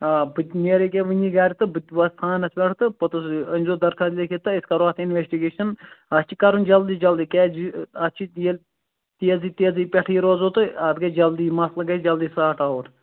آ بہٕ تہِ نیرٕ یہِ کے وُنی گرِ تہٕ بہٕ تہِ واتہٕ تھانس پٮ۪ٹھ تہٕ پوٚتُس أنۍزیٚو درخاس لیٚکھِتھ تہٕ أسۍ کَرو اَتھ اِنوٮ۪سٹِگیٚشن اتھ چھُ کُرن جلدی جلدی کیٛازِ اتھ چھُ یہِ تیزٕے تیزٕے پٮ۪ٹھٕے روزو تہٕ اَتھ گَژھِ جلدی مسلہٕ گَژھِ جلدی ساٹ آوُٹ